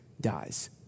dies